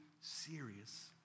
serious